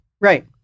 Right